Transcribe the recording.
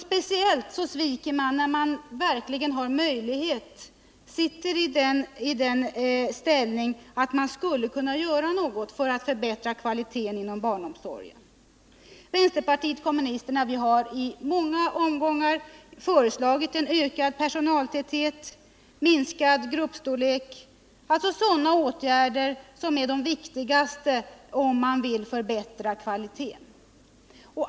Speciellt sviker man när man befinner sig i den ställningen att man verkligen skulle kunna göra något för att förbättra kvaliteten inom barnomsorgen. Vänsterpartiet kommunisterna har i många omgångar föreslagit ökad personaltäthet och minskad gruppstorlek, alltså sådana åtgärder som är de viktigaste om man vill förbättra kvaliteten.